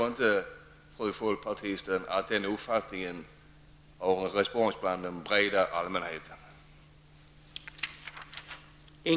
Den uppfattningen har nog ingen respons bland den breda allmänheten.